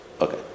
Okay